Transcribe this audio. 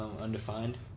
undefined